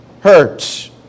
hurts